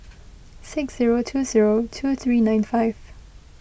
six zero two zero two three nine five